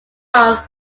off